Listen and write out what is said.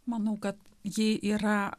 manau kad ji yra